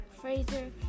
Fraser